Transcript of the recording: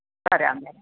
വരാം വരാം